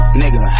nigga